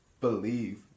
believe